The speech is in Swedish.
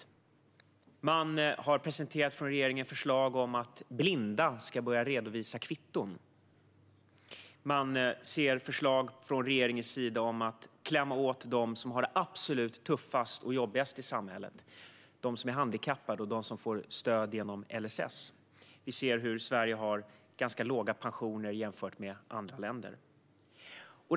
Regeringen har presenterat förslag om att blinda ska börja redovisa kvitton. Man ser förslag från regeringens sida om att klämma åt dem som har det absolut tuffast och jobbigast i samhället: de som är handikappade och de som får stöd genom LSS. Sverige har också ganska låga pensioner jämfört med andra länder. Fru talman!